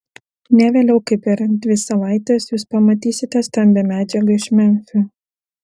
ne vėliau kaip per dvi savaites jūs pamatysite stambią medžiagą iš memfio